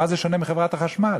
מה זה שונה מחברת החשמל?